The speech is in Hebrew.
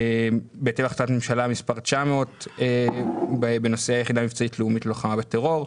בהתאם להחלטת ממשלה מס' 900 בנושא היחידה המבצעית הלאומית ללוחמה בטרור.